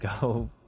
go